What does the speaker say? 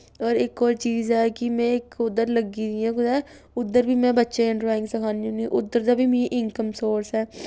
होर इक होर चीज ऐ कि में इक उद्धर लग्गी दी आं कुदै उद्धर बी में बच्चें गी ड्राइंग सखान्नी होन्नीं उद्धर दा बी मिगी इनकम सोर्स ऐ